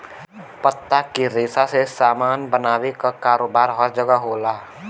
पत्ता के रेशा से सामान बनावे क कारोबार हर जगह होला